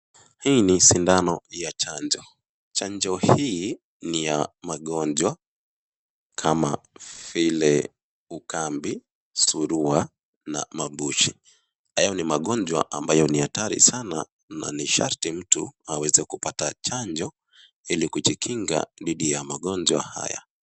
Hii ni sindano ya chanjo, chanjo hii ni ya magonjwa kama vile ukambi, surua na mabushi hayo ni magonjwa ambayo ni hatari sana na ni sharti mtu aweze kupata chanjo ili kujikinga dhidi ya magonjwa haya.